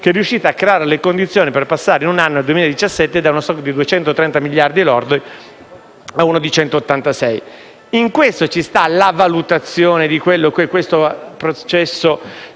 che è riuscita a creare le condizioni per passare in un anno, dal 2017, da uno stato di 230 miliardi lordi a uno di 186. In questo ci sta la valutazione di quello che